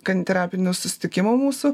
kaniterapinių susitikimų mūsų